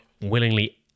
willingly